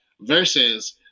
versus